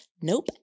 Nope